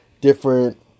different